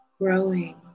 growing